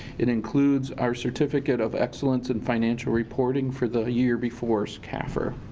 it includes our certificate of excellence in financial reporting for the year before's cafr.